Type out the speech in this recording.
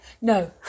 No